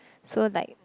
so like